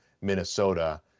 Minnesota